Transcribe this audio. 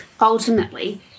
ultimately